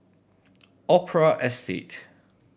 Opera Estate